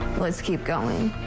let's keep going.